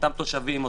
תושבים,